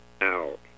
out